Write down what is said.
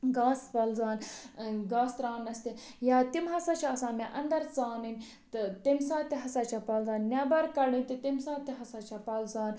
گاسہٕ پلزان ٲں گاسہٕ ترٛاونَس تہِ یا تِم ہسا چھِ آسان مےٚ انٛدَر ژانٕنۍ تہٕ تَمہِ ساتہٕ تہِ ہسا چھِ پلزان نیٚبَر کڑٕنۍ تہٕ تَمہِ ساتہٕ تہِ ہسا چھِ پلزان